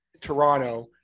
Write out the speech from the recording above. toronto